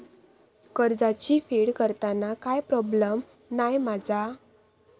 कर्जाची फेड करताना काय प्रोब्लेम नाय मा जा?